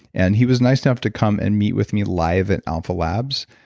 and he was nice enough to come and meet with me live at alpha laps,